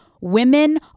women